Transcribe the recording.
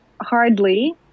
hardly